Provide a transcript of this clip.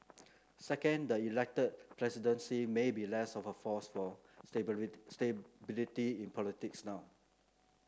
second the elected presidency may be less of a force for stability in politics now